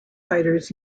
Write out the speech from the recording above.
fighters